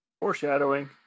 Foreshadowing